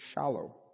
shallow